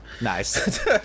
Nice